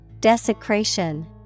Desecration